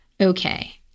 Okay